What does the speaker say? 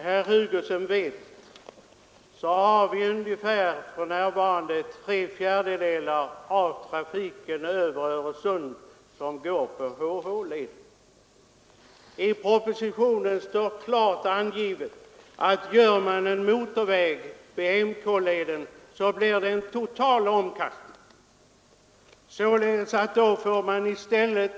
Herr talman! Som herr Hugosson vet går för närvarande ungefär tre fjärdedelar av trafiken över Öresund på HH-leden. I propositionen står klart angivet att gör man en motorväg över KM-leden, blir det en total omkastning.